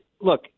look